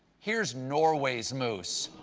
here's norway's moose.